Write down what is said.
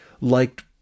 liked